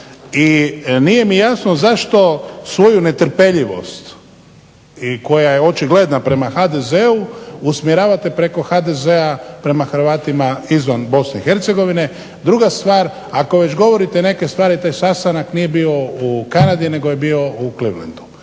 i nije mi jasno zašto svoju netrpeljivost koja je očigledna prema HDZ-u usmjeravate preko HDZ-a prema Hrvatima izvan BiH. Druga stvar, ako već govorite neke stvari taj sastanak nije bio u Kanadi nego je bio u Clevelandu